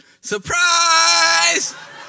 Surprise